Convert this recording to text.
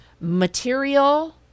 material